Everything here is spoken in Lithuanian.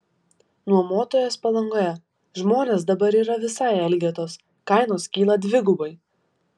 nuomotojas palangoje žmonės dabar yra visai elgetos kainos kyla dvigubai